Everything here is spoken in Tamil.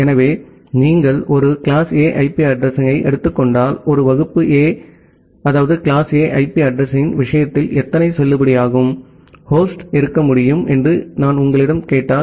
எனவே நீங்கள் ஒரு கிளாஸ் A ஐபி அட்ரஸிங்யை எடுத்துக் கொண்டால் ஒரு கிளாஸ் A ஐபி அட்ரஸிங்யின் விஷயத்தில் எத்தனை செல்லுபடியாகும் ஹோஸ்ட் இருக்க முடியும் என்று நான் உங்களிடம் கேட்டால்